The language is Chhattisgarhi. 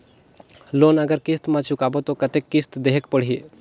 लोन अगर किस्त म चुकाबो तो कतेक किस्त देहेक पढ़ही?